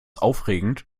aufregend